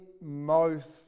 mouth